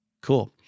Cool